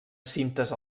cintes